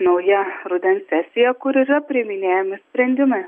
nauja rudens sesija kur yra priiminėjami sprendimai